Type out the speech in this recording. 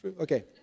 Okay